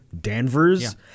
Danvers